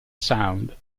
sound